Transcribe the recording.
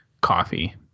coffee